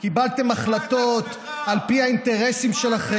קיבלתם החלטות, תשמע את עצמך.